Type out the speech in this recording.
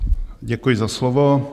Děkuji za slovo.